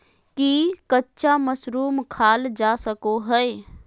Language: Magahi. की कच्चा मशरूम खाल जा सको हय?